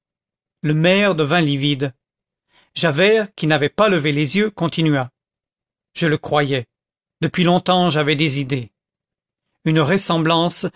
le maire devint livide javert qui n'avait pas levé les yeux continua je le croyais depuis longtemps j'avais des idées une ressemblance